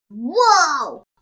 Whoa